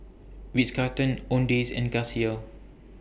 Ritz Carlton Owndays and Casio